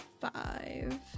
Five